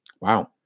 Wow